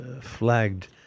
flagged